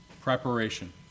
Preparation